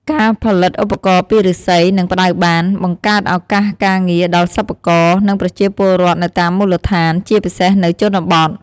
ការផលិតឧបករណ៍ពីឫស្សី និងផ្តៅបាន បង្កើតឱកាសការងារ ដល់សិប្បករ និងប្រជាពលរដ្ឋនៅតាមមូលដ្ឋាន ជាពិសេសនៅជនបទ។